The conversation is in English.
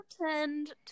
pretend